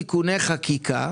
ידעתי באופן חלקי,